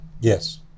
Yes